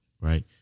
Right